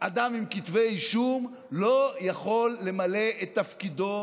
אדם עם כתבי אישום לא יכול למלא את תפקידו